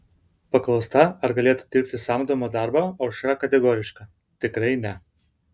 paklausta ar galėtų dirbti samdomą darbą aušra kategoriška tikrai ne